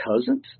cousins